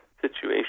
situation